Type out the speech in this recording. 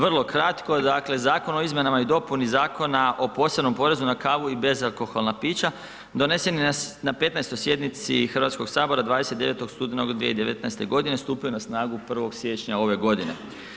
Vrlo kratko, dakle zakon o izmjenama i dopuni Zakona o posebnom porezu na kavu i bezalkoholna pića donesen je na 15. sjednici Hrvatskog sabora 29. studenog 2019. g., stupio je na snagu 1. siječnja ove godine.